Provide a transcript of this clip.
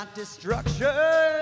destruction